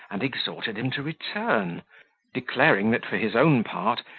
and exhorted him to return declaring that, for his own part,